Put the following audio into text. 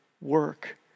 work